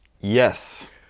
Yes